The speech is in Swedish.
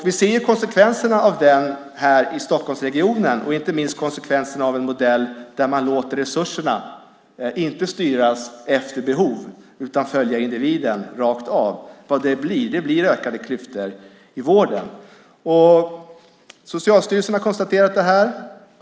Vi ser konsekvenserna av den i Stockholmsregionen, inte minst gäller det konsekvenserna av en modell där man inte låter resurserna styras efter behov utan låter dem följa individen rakt av. Det medför ökade klyftor i vården. Socialstyrelsen har konstaterat detta.